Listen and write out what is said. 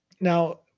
Now